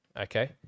okay